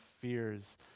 fears